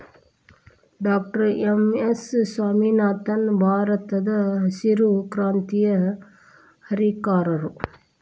doctor M S Swaminathan ಭಾರತದಹಸಿರು ಕ್ರಾಂತಿಯ ಹರಿಕಾರರು